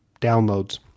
downloads